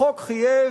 החוק חייב,